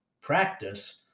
practice